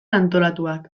antolatuak